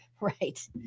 Right